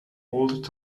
old